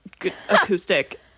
acoustic